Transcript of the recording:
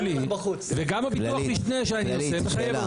שלי וגם הביטוח משנה שאני עושה --- שאלה,